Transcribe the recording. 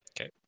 Okay